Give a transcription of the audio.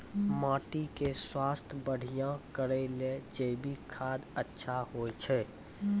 माटी के स्वास्थ्य बढ़िया करै ले जैविक खाद अच्छा होय छै?